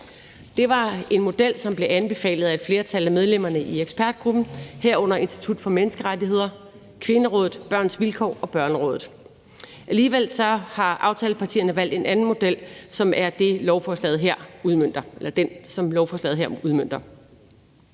Det var en model, som blev anbefalet af et flertal af medlemmerne i ekspertgruppen, herunder Institut for Menneskerettigheder, Kvinderådet, Børns Vilkår og Børnerådet. Alligevel har aftalepartierne valgt en anden model, som er den, lovforslaget her udmønter.